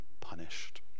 punished